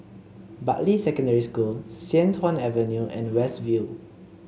Bartley Secondary School Sian Tuan Avenue and West View